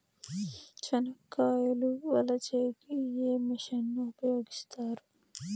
చెనక్కాయలు వలచే కి ఏ మిషన్ ను ఉపయోగిస్తారు?